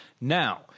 Now